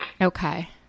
okay